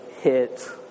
hit